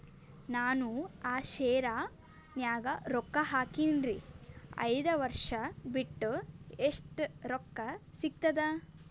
ನಾನು ಆ ಶೇರ ನ್ಯಾಗ ರೊಕ್ಕ ಹಾಕಿನ್ರಿ, ಐದ ವರ್ಷ ಬಿಟ್ಟು ಎಷ್ಟ ರೊಕ್ಕ ಸಿಗ್ತದ?